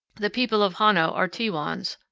the people of hano are tewans,